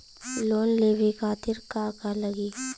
Loan लेवे खातीर का का लगी?